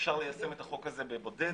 אפשר ליישם את החוק הזה בבודד,